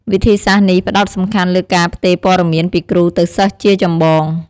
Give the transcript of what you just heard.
វិធីសាស្ត្រនេះផ្តោតសំខាន់លើការផ្ទេរព័ត៌មានពីគ្រូទៅសិស្សជាចម្បង។